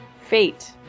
fate